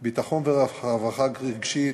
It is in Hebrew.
ביטחון ורווחה רגשית,